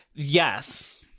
Yes